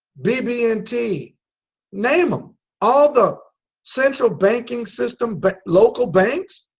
bb and t name them all the central banking systems but local banks